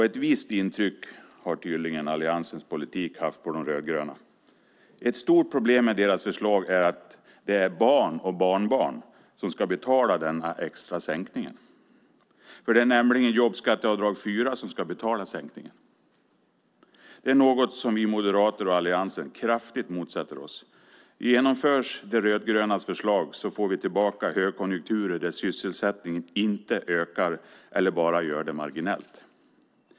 Ett visst intryck har tydligen alliansens politik haft på de rödgröna. Ett stort problem med deras förslag är att det är barn och barnbarn som ska betala denna extra sänkning. Det är nämligen jobbskatteavdrag fyra som ska betala sänkningen. Det är något som vi moderater och alliansen kraftigt motsätter oss. Genomförs de rödgrönas förslag får vi tillbaka högkonjunkturer där sysselsättningen inte ökar eller bara gör det marginellt.